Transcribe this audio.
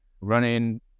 running